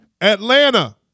Atlanta